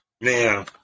Now